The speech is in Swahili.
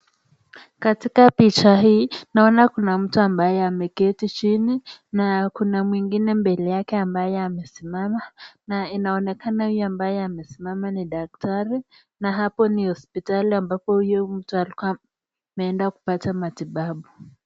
Katika picha hii naona kuna mtu ameketi chini na mwingine mbele yake ambaye amesimama, na inaonekana huyo amesimama ni daktari na hapo ni hospitali ampako mtu huyu ameenda kupata matibabu.